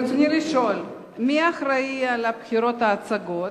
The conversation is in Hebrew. רצוני לשאול: 1. מי אחראי לבחירת ההצגות?